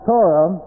Torah